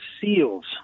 seals